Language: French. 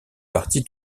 partie